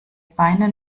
beine